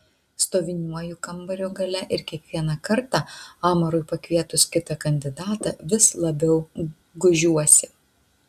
stoviniuoju kambario gale ir kiekvieną kartą amarui pakvietus kitą kandidatą vis labiau gūžiuosi